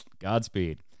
godspeed